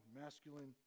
masculine